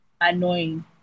annoying